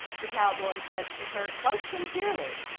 the cowboy said to her, quite sincerely.